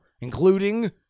including